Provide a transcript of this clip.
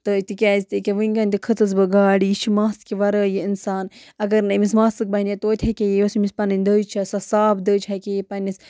تہٕ تِکیٛازِ تہِ وٕنکٮ۪ن تہِ کھٔژٕس بہٕ گاڑِ یہِ چھِ ماسکہِ وَرٲے یہِ اِنسان اگر نہٕ أمِس ماسٕک بَنے توتہِ ہیٚکہِ ہے یہِ یۄس أمِس پَنٕنۍ دٔج چھےٚ سَہ صاف دٔج ہٮ۪کہِ ہے یہِ پنٛنِس